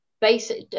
basic